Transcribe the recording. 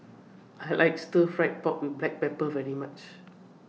I like Stir Fry Pork with Black Pepper very much